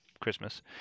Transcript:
Christmas